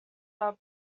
are